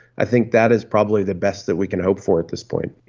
i think that is probably the best that we can hope for at this point.